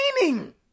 meaning